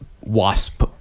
wasp